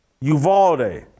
Uvalde